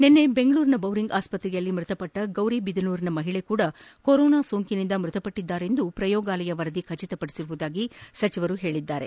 ನಿನ್ನೆ ಬೆಂಗಳೂರಿನ ಬೌರಿಂಗ್ ಆಸ್ಪತ್ರೆಯಲ್ಲಿ ಮೃತಪಟ್ವ ಗೌರಿಬಿದನೂರಿನ ಮಹಿಳೆಯೂ ಕೊರೋನಾ ಸೋಂಕಿನಿಂದ ಮೃತಪಟ್ಟಿದ್ದಾರೆಂದು ಪ್ರಯೋಗಾಲಯ ವರದಿ ಖಚಿತಪಡಿಸಿದೆ ಎಂದು ಹೇಳಿದರು